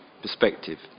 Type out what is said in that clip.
perspective